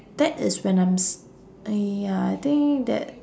that is when I'm s~ !aiya! I think that